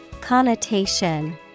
Connotation